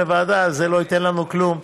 לוועדה זה לא ייתן לנו כלום.